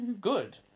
Good